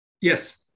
yes